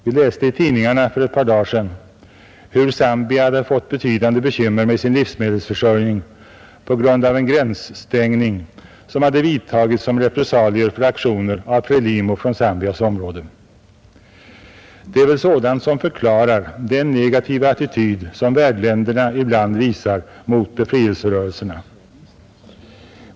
Vi läste i tidningarna för ett par dagar sedan om hur Zambia hade fått betydande bekymmer med sin livsmedelsförsörjning på grund av en gränsstängning som hade vidtagits som repressalier för aktioner av Frelimo från Zambias område. Det är väl också sådant som förklarar den negativa attityd som värdländerna ibland visar mot befrielserörelserna.